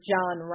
John